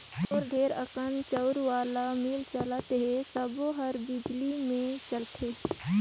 तोर ढेरे अकन चउर वाला मील चलत हे सबो हर बिजली मे चलथे